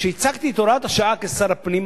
כשהצגתי את הוראת השעה כשר הפנים,